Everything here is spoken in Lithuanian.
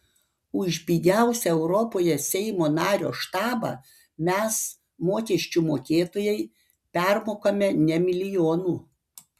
už pigiausią europoje seimo nario štabą mes mokesčių mokėtojai permokame ne milijonu